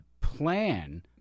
plan